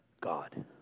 God